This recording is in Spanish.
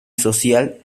social